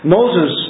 Moses